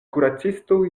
kuracisto